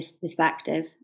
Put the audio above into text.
perspective